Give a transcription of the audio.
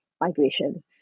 migration